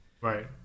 right